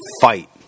fight